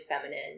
feminine